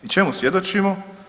I čemu svjedočimo?